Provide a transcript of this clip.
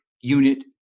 unit